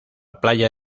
playa